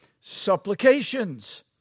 supplications